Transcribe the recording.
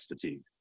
fatigue